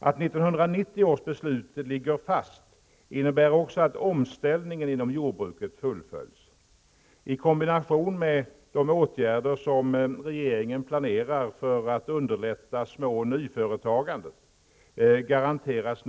Att 1990 års beslut ligger fast innebär också att omställningen inom jordbruket fullföljs, i kombination med de åtgärder som regeringen planerar för att underlätta små och nyföretagandet.